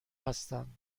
هستم